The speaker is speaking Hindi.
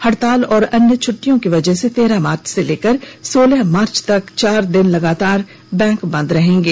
हड़ताल और अन्य छुट्टियों की वजह से तेरह मार्च से लेकर सोलह मार्च तक चार दिन लगातार बैंक बन्द रहेंगे